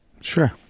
Sure